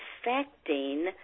affecting